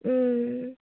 ও